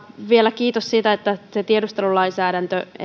vielä kiitos siitä että tiedustelulainsäädäntö